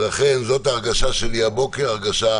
ולכן זאת ההרגשה שלי הבוקר, הרגשה